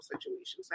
situations